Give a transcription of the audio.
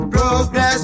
Progress